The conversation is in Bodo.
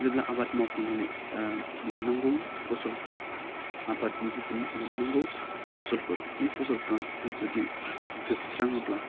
जेब्ला आबाद मावखांनानै मोनांगौ फसलफ्रा आबादनि जिथु मोनांगौ फसलफोर बे फसलखौ जुदि जोबस्राहोब्ला